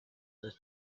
was